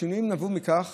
השינויים נבעו מכך